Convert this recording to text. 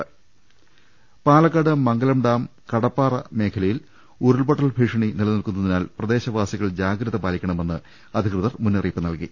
് പാലക്കാട് മംഗലംഡാം കടപ്പാറ മേഖലയിൽ ഉരുൾപൊ ട്ടൽ ഭീഷണി നിലനിൽക്കുന്നതിനാൽ പ്രദേശവാസികൾ ജാഗ്രത പാലിക്കണമെന്ന് അധികൃതർ മുന്നറിയിപ്പ് നൽകി